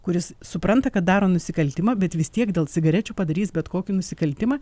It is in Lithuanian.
kuris supranta kad daro nusikaltimą bet vis tiek dėl cigarečių padarys bet kokį nusikaltimą